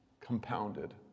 compounded